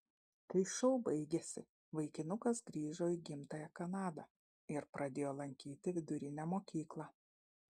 kai šou baigėsi vaikinukas grįžo į gimtąją kanadą ir pradėjo lankyti vidurinę mokyklą